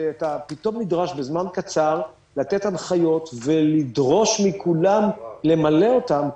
שאתה פתאום נדרש בזמן קצר לתת הנחיות ולדרוש מכולם למלא אותם,